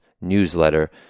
newsletter